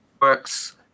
works